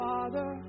Father